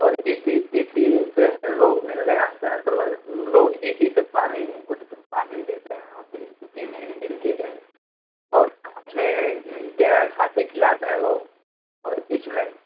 और इसी इसी से लोग मिलने आते हैं तो लग लोग इसी से पानी उस दिन पानी लेते हैं और पीन पीने के लिए और साथ में मिलते हैं खाते खिलाते हैं लोग और इसमें